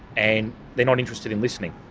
and they're not interested in listening.